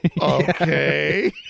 Okay